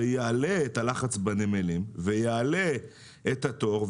זה יעלה את הלחץ בנמלים ויעלה את התור.